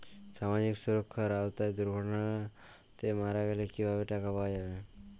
সামাজিক সুরক্ষার আওতায় দুর্ঘটনাতে মারা গেলে কিভাবে টাকা পাওয়া যাবে?